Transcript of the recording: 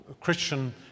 Christian